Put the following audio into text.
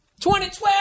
2012